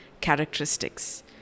characteristics